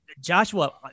Joshua